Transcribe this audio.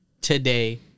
today